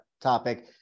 topic